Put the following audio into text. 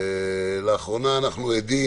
לאחרונה אנחנו עדים